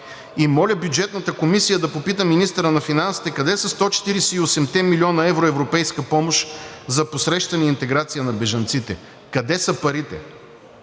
И моля Бюджетната комисия да попита министъра на финансите къде са 148-те милиона евро европейска помощ за посрещане и интеграция на бежанците? Къде са парите?!